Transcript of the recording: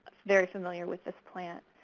very familiar with this plant.